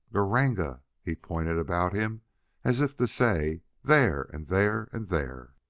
gr-r-ranga! he pointed about him as if to say there and there and there!